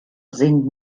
sind